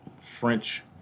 French